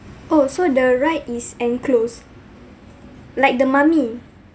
oh so the ride is enclosed like the mummy